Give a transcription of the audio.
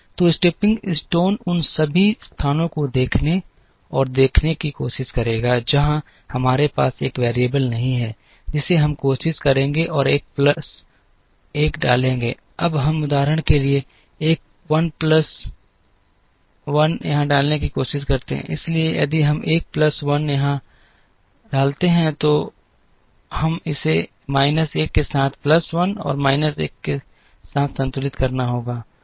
तो stepping stone उन सभी स्थानों को देखने और देखने की कोशिश करेगा जहां हमारे पास एक वैरिएबल नहीं है जिसे हम कोशिश करेंगे और एक प्लस 1 डालेंगे अब हम उदाहरण के लिए एक प्लस 1 यहां डालने की कोशिश करते हैं इसलिए यदि हम एक प्लस 1 यहां डालते हैं तो हम इसे माइनस 1 के साथ प्लस 1 और माइनस 1 के साथ संतुलित करना होगा